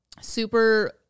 super